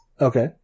Okay